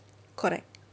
correct